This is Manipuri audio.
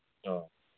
ꯑꯣ